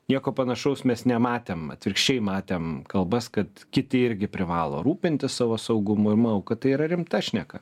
nieko panašaus mes nematėm atvirkščiai matėm kalbas kad kiti irgi privalo rūpintis savo saugumu ir manau kad tai yra rimta šneka